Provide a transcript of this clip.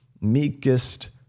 meekest